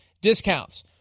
discounts